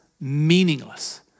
meaningless